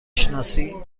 شناسی